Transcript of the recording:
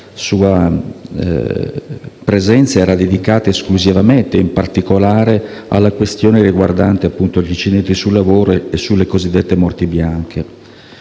sua presenza era dedicata esclusivamente e in particolare alla questione riguardante gli incidenti sul lavoro e le cosiddetti morti bianche.